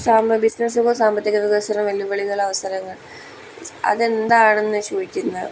ബിസിനസ്സുകൾ സാമ്പത്തിക വികസനവും വെല്ലുവിളികൾ അവസരങ്ങൾ അതെന്താണെന്ന് ചോദിക്കുന്ന